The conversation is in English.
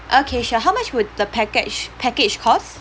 okay sure how much would the package package cost